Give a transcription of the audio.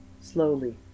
Slowly